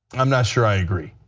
um not sure i agree.